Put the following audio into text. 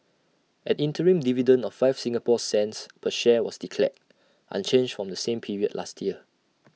an interim dividend of five Singapore cents per share was declared unchanged from the same period last year